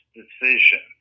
decision